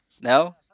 no